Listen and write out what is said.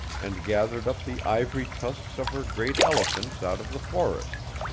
and gathered up the ivory tusks of her great elephants out of the forests